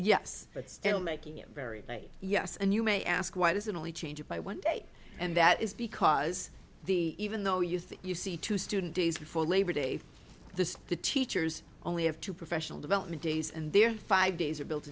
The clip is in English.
yes but still making it very day yes and you may ask why does it only change by one day and that is because the even though you think you see two student days before labor day this the teachers only have two professional development days and their five days are built